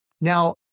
Now